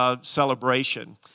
Celebration